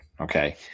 Okay